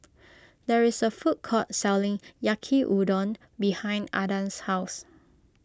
there is a food court selling Yaki Udon behind Adan's house